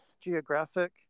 geographic